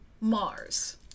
Mars